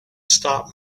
stop